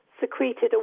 secreted